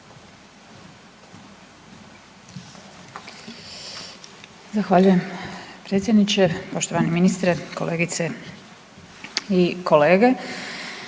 Zahvaljujem predsjedniče. Poštovani ministre, kolegice i kolege.